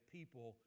people